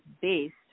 based